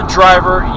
driver